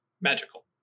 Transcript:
magical